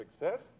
success